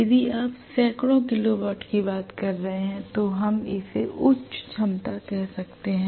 यदि आप सैकड़ों किलो वाट की बात कर रहे हैं तो हम इसे उच्च क्षमता कह सकते हैं